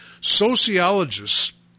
Sociologists